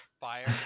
Fire